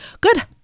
Good